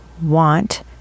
want